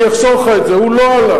אני אחסוך לך את זה: הוא לא עלה.